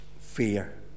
fear